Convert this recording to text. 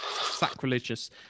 sacrilegious